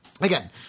again